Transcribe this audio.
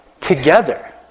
together